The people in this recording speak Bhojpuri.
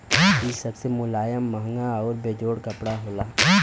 इ सबसे मुलायम, महंगा आउर बेजोड़ कपड़ा होला